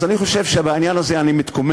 אז אני חושב שבעניין הזה אני מתקומם,